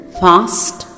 fast